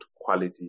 quality